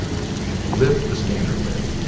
lift the scanner lid